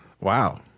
Wow